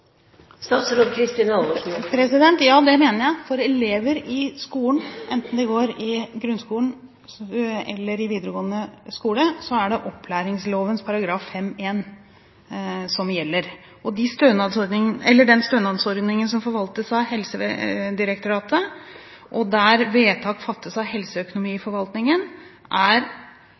Ja, det mener jeg. For elever i skolen, enten de går i grunnskolen eller i videregående skole, er det opplæringslovens § 5-1 som gjelder. Den stønadsordningen som forvaltes av Helsedirektoratet, og der vedtak fattes av Helseøkonomiforvaltningen,